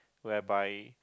whereby